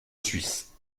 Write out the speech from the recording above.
suisse